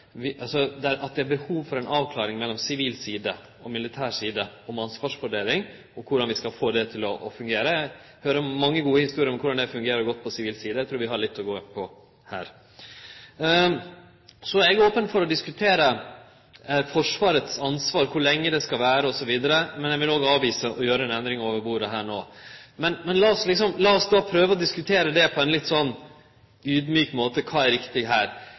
skal få det til å fungere. Eg høyrer mange gode historiar om kor godt det fungerer på sivil side. Eg trur vi har litt å gå på her. Så er eg open for å diskutere Forsvarets ansvar, kor lenge det skal vare osv., men eg vil avvise å gjere ei endring over bordet her no. Men lat oss prøve å diskutere det på ein litt audmjuk måte, kva som er riktig her.